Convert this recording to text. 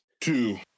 two